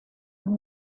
und